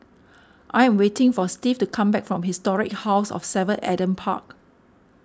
I am waiting for Steve to come back from Historic House of Seven Adam Park